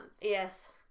yes